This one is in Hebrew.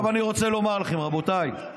עכשיו אני רוצה לומר לכם, רבותיי,